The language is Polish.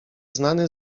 znany